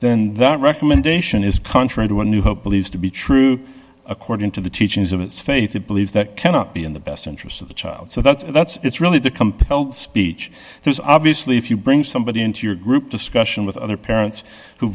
then that recommendation is contrary to a new hope believed to be true according to the teachings of its faith to believe that cannot be in the best interests of the child so that's that's that's really the compelled speech there's obviously if you bring somebody into your group discussion with other parents who